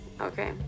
Okay